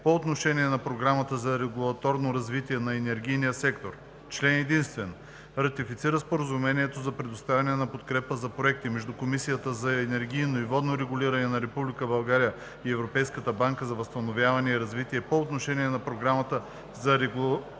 по отношение на Програмата за регулаторно развитие на енергийния сектор. Член единствен. Ратифицира Споразумението за предоставяне на подкрепа за проекти между Комисията за енергийно и водно регулиране на Република България и Европейската банка за възстановяване и развитие по отношение на Програмата за регулаторно развитие